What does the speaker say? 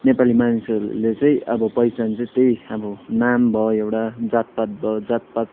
नेपाली मानिसहरूले चाहिँ अब पहिचान चाहिँ त्यही अब नाम भयो एउया जातपात भयो जातपात